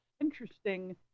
interesting